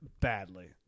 badly